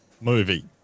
movie